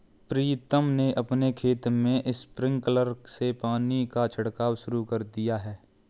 प्रीतम ने अपने खेत में स्प्रिंकलर से पानी का छिड़काव शुरू कर दिया है